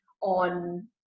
on